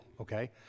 Okay